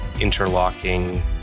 interlocking